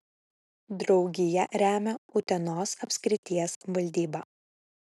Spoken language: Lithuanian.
draugiją remia utenos apskrities valdyba